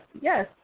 yes